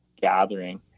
gathering